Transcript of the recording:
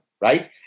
right